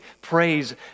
praise